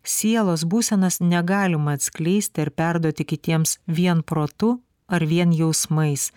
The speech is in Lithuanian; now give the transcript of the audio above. sielos būsenas negalima atskleisti ar perduoti kitiems vien protu ar vien jausmais